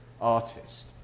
artist